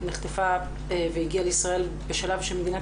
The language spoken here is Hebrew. היא נחטפה והגיעה לישראל בשלב שמדינת